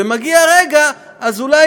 וכשמגיע הרגע אז אולי,